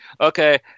Okay